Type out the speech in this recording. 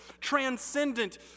transcendent